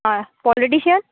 politician